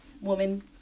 woman